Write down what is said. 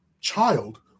child